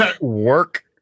Work